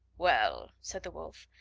well, said the wolf,